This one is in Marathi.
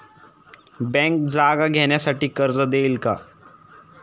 बँक जागा घेण्यासाठी कर्ज देईल का?